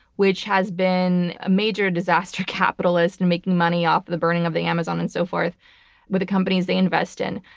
which has been a major disaster capitalist and making money off of the burning of the amazon and so forth with the companies they invest in,